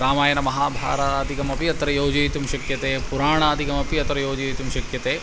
रामायणमहाभारतादिकमपि अत्र योजयितुं शक्यते पुराणादिकमपि अत्र योजयितुं शक्यते